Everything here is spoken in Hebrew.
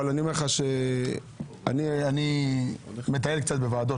אבל אני אומר לך שאני מטייל קצת בוועדות,